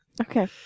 Okay